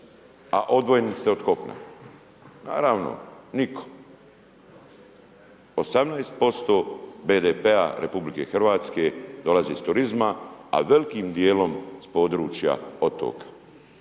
a odvojeni ste od kopna. Naravno nitko. 18% BDP-a RH dolazi iz turizma, a velikim dijelom s područja otoka.